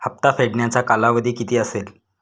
हप्ता फेडण्याचा कालावधी किती असेल?